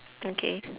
okay